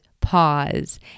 pause